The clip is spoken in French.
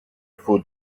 faut